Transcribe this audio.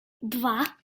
два